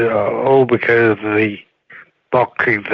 yeah all because of the boxing,